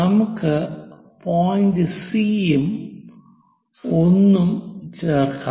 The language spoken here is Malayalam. നമുക്ക് പോയിന്റ് സി യും 1 ഉം ചേർക്കാം